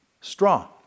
straw